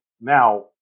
now